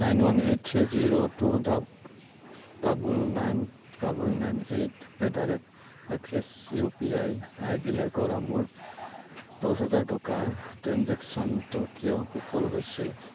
nine one eight three zero two double double nine double nine eight at the rate Axis U P I আইডিলৈ কৰা মোৰ দহহাজাৰ টকাৰ ট্ৰেঞ্জেক্শ্য়নটো কিয় বিফল হৈছিল